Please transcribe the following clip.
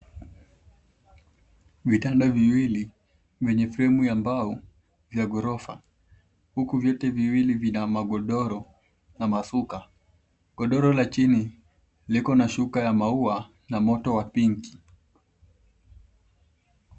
Vitanda viwili venye fremu ya mbao ya gorofa, huku viti viwili vina magodoro na mashuka. Godoro la chini liko na shuka ya maua na moto wa pinki.